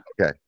Okay